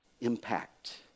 impact